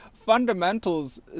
fundamentals